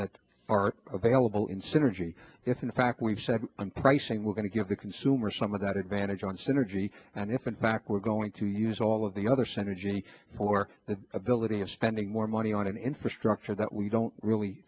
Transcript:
that are available in synergy if in fact pricing we're going to give the consumer some of that advantage on synergy and if in fact we're going to use all of the other synergy or the ability of spending more money on an infrastructure that we don't really